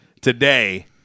today